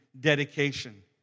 dedication